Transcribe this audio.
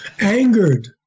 angered